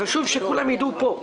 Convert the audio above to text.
חשוב שכולם ידעו פה,